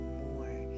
more